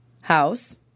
house